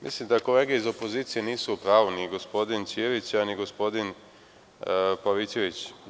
Mislim da kolege iz opozicije nisu u pravu, ni gospodin Ćirić, ni gospodin Pavićević.